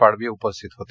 पाडवी उपस्थित होते